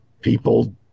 people